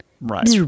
Right